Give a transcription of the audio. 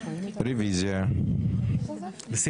הצבעה בעד, 3 נגד, 7 נמנעים, אין לא אושר.